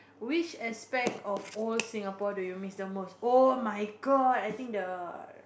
which aspect of old Singapore do you miss the most oh-my-god I think the